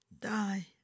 die